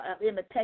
imitation